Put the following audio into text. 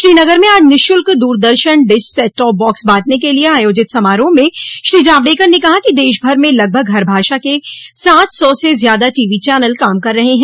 श्रीनगर में आज निःशुल्क द्रदर्शन डिश सेटटॉप बॉक्स बांटने के लिए आयोजित समारोह में श्री जावड़ेकर ने कहा कि देशभर में लगभग हर भाषा के सात सौ से ज्यादा टीवी चौनल काम कर रहे हैं